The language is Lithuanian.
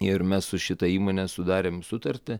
ir mes su šita įmone sudarėm sutartį